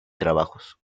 trabajos